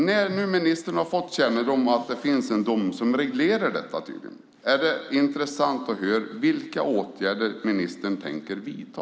När nu ministern har fått kännedom om att det finns en dom som reglerar detta är det intressant att höra vilka åtgärder som ministern tänker vidta.